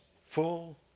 full